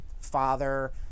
father